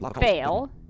Fail